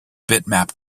bitmap